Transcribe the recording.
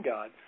God